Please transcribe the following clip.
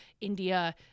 India